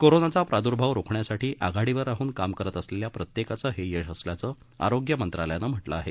कोरोनाचा प्रादर्भाव रोखण्यासाठी आघाडीवर राहन काम करत असलेल्या प्रत्येकाचं हे यश असल्याचं आरोग्य मंत्रालयानं म्हटलं आहे